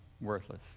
worthless